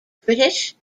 british